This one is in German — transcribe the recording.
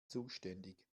zuständig